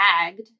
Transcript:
tagged